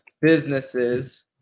businesses